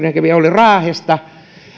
raahesta